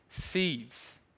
seeds